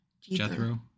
Jethro